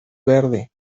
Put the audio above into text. verde